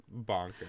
bonkers